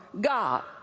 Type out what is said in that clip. God